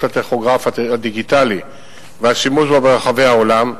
הטכוגרף הדיגיטלי והשימוש בו ברחבי העולם.